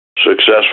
successful